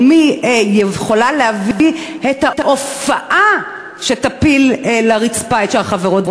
או מי יכולה להביא את ההופעה שתפיל לרצפה את שאר החברות.